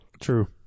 True